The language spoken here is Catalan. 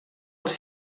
els